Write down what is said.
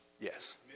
Yes